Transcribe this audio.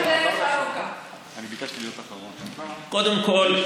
קודם כול,